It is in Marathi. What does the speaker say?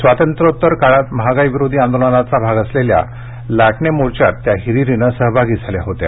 स्वातंत्र्योत्तर काळात महागाईविरोधी आंदोलनाचा भाग असलेल्या लाटणे मोर्चात त्या हिरिरीने सहभागी झाल्या होत्या